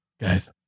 Guys